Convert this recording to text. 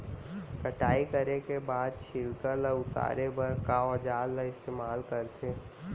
कटाई करे के बाद छिलका ल उतारे बर का औजार ल इस्तेमाल करथे?